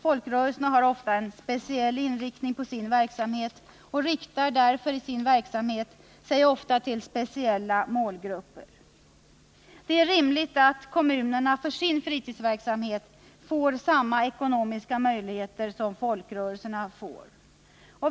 Folkrörelserna har ofta speciell inriktning på sin verksamhet och vänder sig därför ofta till speciella målgrupper. Det är rimligt att kommunerna för sin fritidsverksamhet får samma ekonomiska möjligheter som folkrörelserna.